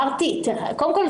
קודם כל,